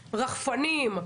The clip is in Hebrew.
רחפנים,